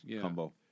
combo